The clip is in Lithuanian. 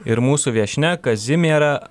ir mūsų viešnia kazimiera